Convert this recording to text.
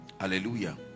Hallelujah